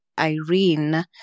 Irene